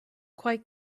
quite